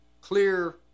clear